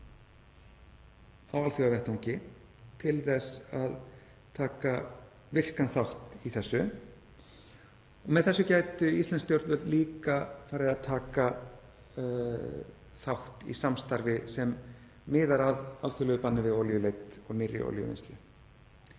á alþjóðavettvangi til þess að taka virkan þátt í þessu. Með þessu gætu íslensk stjórnvöld líka farið að taka þátt í samstarfi sem miðar að alþjóðlegu banni við olíuleit og nýrri olíuvinnslu.